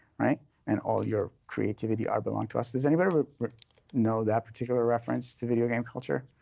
and all your creativity are belong to us. does anybody but know that particular reference to video game culture?